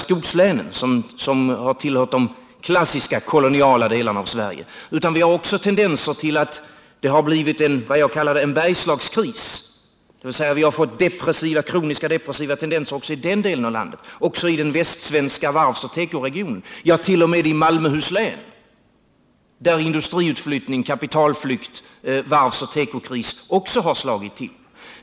skogslänen, som har tillhört de klassiska koloniala delarna av Sverige, utan det finns också tendenser till en — vad jag vill kalla — Bergslagskris. Vi har fått kroniskt depressiva tendenser också i den delen av landet liksom i den västsvenska varvsoch tekoregionen, ja t.o.m. i Malmöhus län, där industriutflyttning, kapitalflykt och varvsoch tekoindustriflykt också har slagit till.